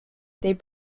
they